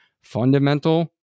fundamental